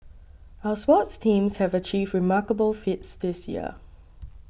our sports teams have achieved remarkable feats this year